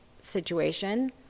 situation